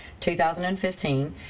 2015